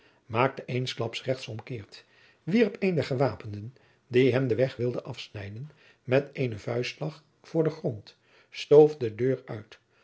maakte eensklaps rechts om keert wierp een der gewapenden die hem den weg wilde afsnijden met eenen vuistslag voor den grond stoof de deur uit